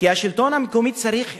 כי השלטון המקומי צריך חיזוק.